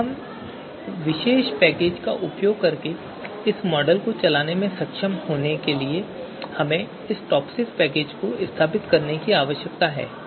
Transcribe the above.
अब इस विशेष पैकेज का उपयोग करके इस मॉडल को चलाने में सक्षम होने के लिए हमें इस टॉपसिस पैकेज को स्थापित करने की आवश्यकता है